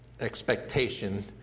expectation